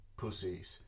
pussies